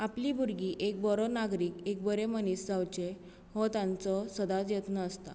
आपलीं भुरगीं एक बरो नागरिक एक बरे मनीस जावचे हो तांचो सदांच यत्न आसता